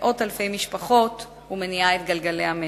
מאות אלפי משפחות ומניעה את גלגלי המשק.